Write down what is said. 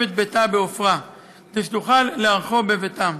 את ביתה בעפרה כדי שתוכל לארחו בביתם.